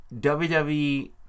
WWE